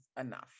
enough